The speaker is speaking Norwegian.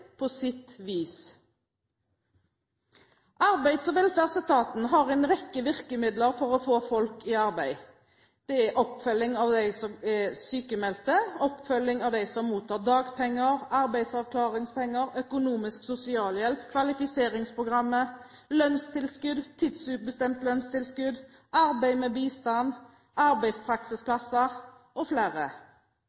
på sitt vis. Arbeids- og velferdsetaten har en rekke virkemidler for å få folk i arbeid. Det er oppfølging av dem som er sykmeldte, oppfølging av dem som mottar dagpenger, arbeidsavklaringspenger, økonomisk sosialhjelp, kvalifiseringsprogrammet, lønnstilskudd, tidsubestemt lønnstilskudd, arbeid med bistand,